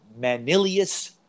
Manilius